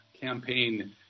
campaign